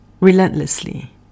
relentlessly